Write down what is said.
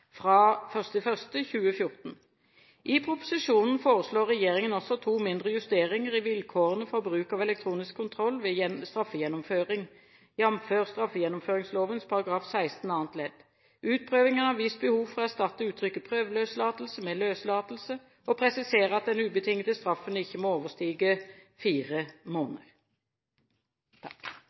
fra 1. januar 2014. I proposisjonen foreslår regjeringen også to mindre justeringer i vilkårene for bruk av elektronisk kontroll ved straffegjennomføring, jf. straffegjennomføringsloven § 16 annet ledd. Utprøvingen har vist behov for å erstatte uttrykket «prøveløslatelse» med «løslatelse» og presisere at den ubetingede straffen ikke må overstige fire måneder.